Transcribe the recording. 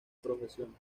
profesión